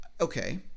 Okay